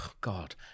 God